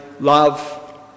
love